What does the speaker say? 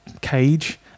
cage